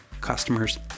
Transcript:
customers